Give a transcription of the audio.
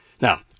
Now